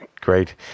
Great